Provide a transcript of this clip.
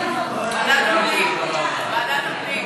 ועדת הפנים.